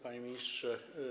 Panie Ministrze!